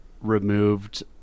removed